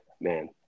Man